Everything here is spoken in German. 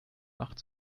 macht